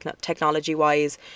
technology-wise